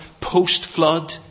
post-flood